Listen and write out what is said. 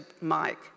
Mike